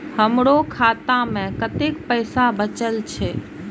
हमरो खाता में कतेक पैसा बचल छे?